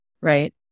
right